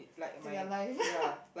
to your life